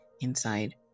Inside